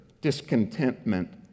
discontentment